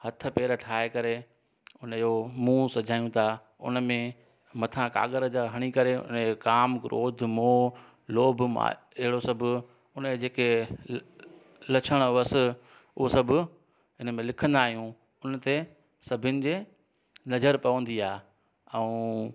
हथ पेर ठाहे करे उनजो मुंहुं सॼाइयूं था उनमें मथा कागर जा हणी करे उनजो काम क्रोध मोह लोभ मा अहिड़ो सभु उन जेके लक्षण हुअसि हूअ सभु इनमें लिखंदा आहियूं उन ते सभिनि जे नजर पवंदी आहे ऐं